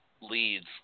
leads